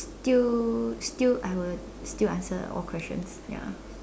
still still I would still answer all questions ya